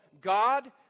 God